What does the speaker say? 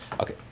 Okay